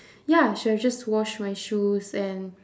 ya should have just wash my shoes and